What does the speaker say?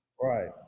Right